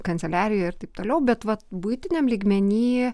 kanceliarijoj ir taip toliau bet vat buitiniam lygmeny